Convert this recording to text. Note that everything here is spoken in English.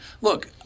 Look